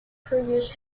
previous